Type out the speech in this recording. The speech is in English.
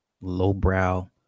low-brow